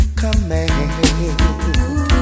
command